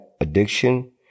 addiction